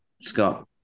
Scott